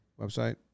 website